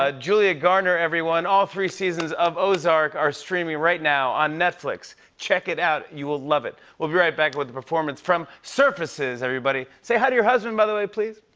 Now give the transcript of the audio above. ah julia garner, everyone. all three seasons of ozark are streaming right now on netflix. check it out. you will love it. we'll be right back with a performance from surfaces, everybody. say hi to your husband, by the way, please.